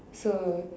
so